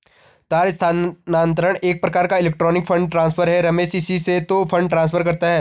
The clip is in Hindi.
तार स्थानांतरण एक प्रकार का इलेक्ट्रोनिक फण्ड ट्रांसफर है रमेश इसी से तो फंड ट्रांसफर करता है